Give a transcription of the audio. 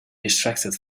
distracted